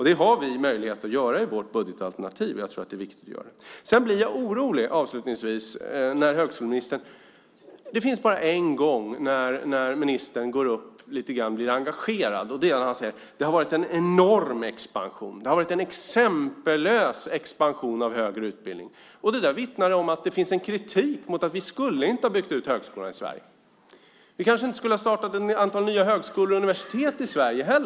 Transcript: Det har vi möjlighet att göra i vårt budgetalternativ, och jag tror att det är viktigt att göra det. Ministern blir bara engagerad en gång, och det är när han säger: Det har varit en enorm expansion, det har varit en exempellös expansion av högre utbildning. Det vittnar om att det finns kritik. Vi skulle inte ha byggt ut högskolan i Sverige. Vi kanske inte heller skulle ha startat ett antal nya högskolor och universitet i Sverige.